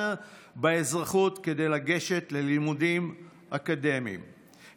באזרחות כדי לגשת ללימודים אקדמיים,